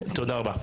תודה רבה.